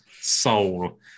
soul